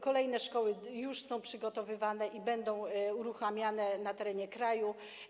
Kolejne szkoły już są przygotowywane i będą uruchamiane na terenie kraju.